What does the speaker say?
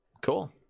Cool